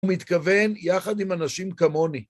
הוא מתכוון יחד עם אנשים כמוני.